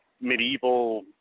medieval